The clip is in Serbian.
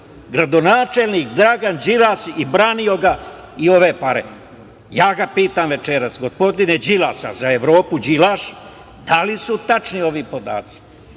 Gradonačelnik Dragan Đilas i branio ga i ove pare. Ja ga pitam večeras, gospodine Đilas, a za Evropu Đilaš, da li su tačni ovi podaci?